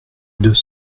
deux